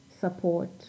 support